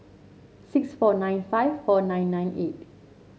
six four nine five four nine nine eight